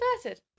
inverted